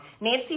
Nancy